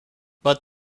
but